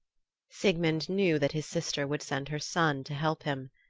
sigmund knew that his sister would send her son to help him.